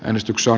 äänestyksen